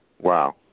Wow